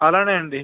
అలానే అండి